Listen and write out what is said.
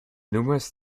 numerous